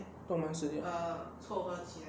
动漫世界